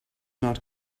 not